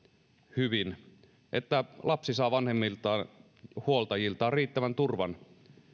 hyvin että lapsi saa vanhemmiltaan huoltajiltaan riittävän turvan